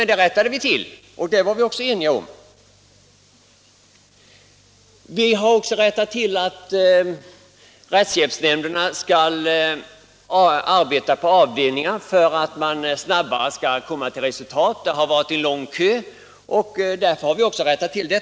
Det rättade vi till, och det var vi också eniga om. Vi har också rättat till ett annat missförhållande och genomfört att rättshjälpsnämnderna skall arbeta på avdelningar — för att man snabbare skall komma till resultat. Det har varit långa köer, och därför har vi också rättat till det.